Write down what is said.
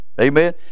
Amen